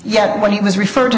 yet when he was referred to